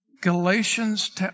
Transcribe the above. Galatians